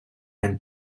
and